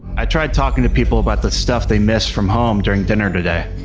i tried talking to people about the stuff they miss from home during dinner today.